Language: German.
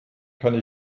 kann